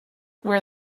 where